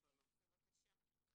בבקשה.